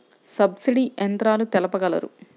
Subsidy యంత్రాలు తెలుపగలరు?